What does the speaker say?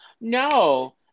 No